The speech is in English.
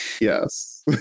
Yes